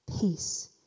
Peace